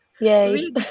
yay